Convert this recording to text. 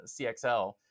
CXL